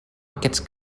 aquests